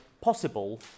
possible